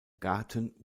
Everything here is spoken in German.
garten